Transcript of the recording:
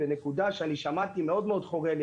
בנקודה ששמעתי ומאוד מאוד חורה לי.